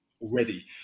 already